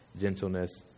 gentleness